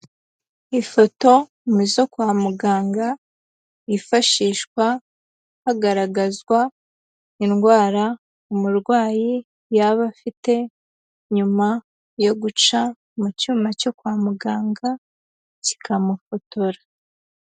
Ifoto mu zo kwa muganga, yifashishwa hagaragazwa indwara umurwayi yaba afite, nyuma yo guca mu cyuma cyo kwa muganga kikamufotora.